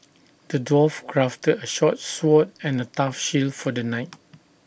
the dwarf crafted A sharp sword and A tough shield for the knight